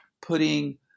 putting